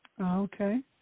Okay